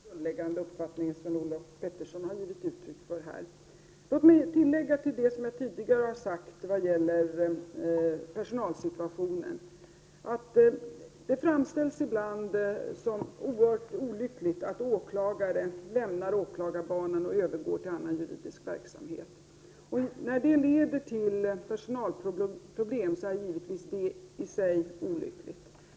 Herr talman! Jag har ingen annan grundläggande uppfattning än den Sven-Olof Petersson har givit uttryck för här. Låt mig tillägga till vad jag tidigare har sagt om personalsituationen: Det framställs ibland som oerhört olyckligt att åklagare lämnar åklagarbanan och övergår till annan juridisk verksamhet. När detta leder till personalproblem är det givetvis i sig olyckligt.